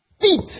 beat